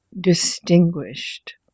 distinguished